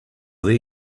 their